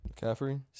McCaffrey